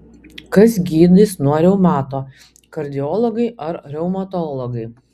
kas gydys nuo reumato kardiologai ar reumatologai